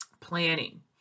planning